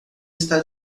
está